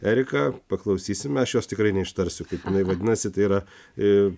erika paklausysime aš jos tikrai neištarsiu kaip jinai vadinasi tai yra ir